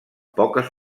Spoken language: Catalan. poques